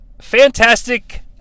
fantastic